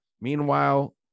meanwhile